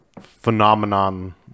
phenomenon